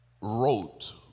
wrote